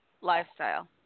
lifestyle